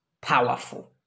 powerful